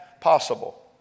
possible